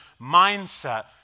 mindset